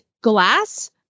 glass